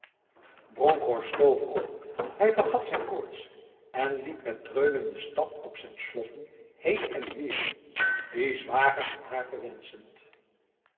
bronkhorst stoof op hij vergat zijn koorts en liep met dreunende stap op zijn sloffen heen en weer die zwager van haar verwensend